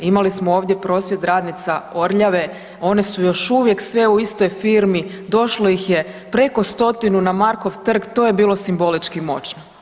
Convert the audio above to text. Imali smo ovdje prosvjed radnica Orljave, one su još uvijek sve u istoj firmi, došlo ih je preko 100 na Markov trg, to je bilo simbolički moćno.